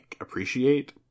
appreciate